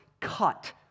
cut